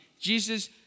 Jesus